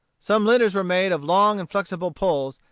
some litters were made of long and flexible poles,